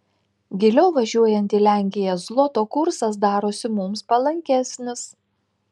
giliau važiuojant į lenkiją zloto kursas darosi mums palankesnis